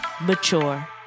Mature